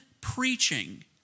preaching